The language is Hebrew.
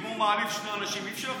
אם הוא מעליב שני אנשים, אי-אפשר?